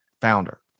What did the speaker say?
founder